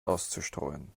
auszustreuen